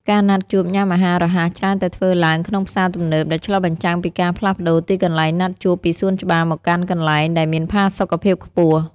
ការណាត់ជួបញ៉ាំអាហាររហ័សច្រើនតែធ្វើឡើងក្នុងផ្សារទំនើប ដែលឆ្លុះបញ្ចាំងពីការផ្លាស់ប្ដូរទីកន្លែងណាត់ជួបពីសួនច្បារមកកាន់កន្លែងដែលមានផាសុកភាពខ្ពស់។